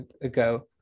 ago